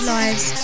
lives